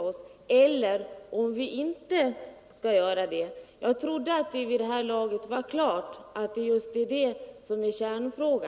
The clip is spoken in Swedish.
oss eller om vi inte skall göra beslut själva om vi skall kollektivar det. Jag trodde att det vid det här laget var klart att det är just det som är kärnfrågan.